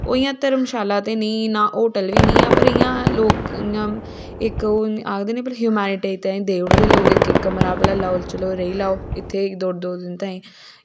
ओह् इयां धर्मशाला ते नेईं ना होटल बी नी ऐ पर लोक इयां इक ओ इयां आखदे नी भला हिमैनटी ताईं देईउड़दे इक इक कमरा लैओ भला रेही लैओ इत्थे इक दो दिन ताईं